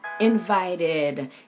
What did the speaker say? invited